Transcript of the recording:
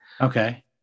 Okay